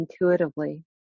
intuitively